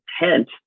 intent